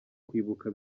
kwibuka